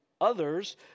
others